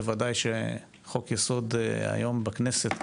בוודאי שחוק-יסוד היום בכנסת,